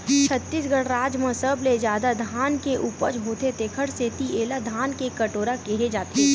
छत्तीसगढ़ राज म सबले जादा धान के उपज होथे तेखर सेती एला धान के कटोरा केहे जाथे